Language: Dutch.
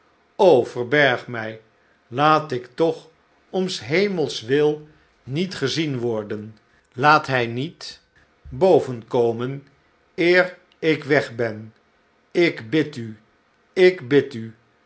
verberg mij laat ik toch om s hemels wil niet gezien worden laat hij niet boven komen eer ik weg ben ik bid u ik bid u